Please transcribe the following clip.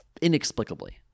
inexplicably